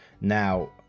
Now